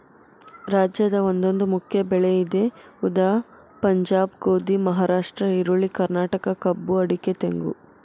ರಾಜ್ಯದ ಒಂದೊಂದು ಮುಖ್ಯ ಬೆಳೆ ಇದೆ ಉದಾ ಪಂಜಾಬ್ ಗೋಧಿ, ಮಹಾರಾಷ್ಟ್ರ ಈರುಳ್ಳಿ, ಕರ್ನಾಟಕ ಕಬ್ಬು ಅಡಿಕೆ ತೆಂಗು